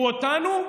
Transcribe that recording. ביקרו אותנו,